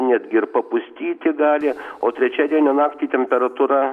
netgi ir papustyti gali o trečiadienio naktį temperatūra